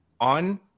on